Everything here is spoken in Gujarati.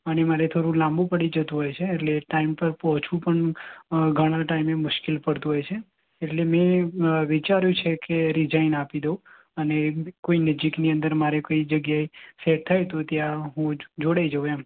અને મારે થોડું લાંબું પડી જતુ હોય છે એટલે ટાઈમ પર પહોંચવું પણ ઘણા ટાઈમે મુશ્કેલ પડતું હોય છે એટલે મેં વિચાર્યું છે કે રિઝાઇન આપી દઉં અને કોઇ નજીકની અંદર મારે કોઈ જગ્યાએ સેટ થાય તો ત્યા હું જોડાઈ જાઉં એમ